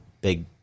Big